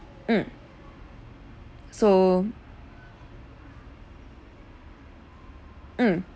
mm so mm